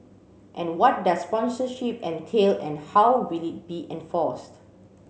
and what does sponsorship entail and how will it be enforced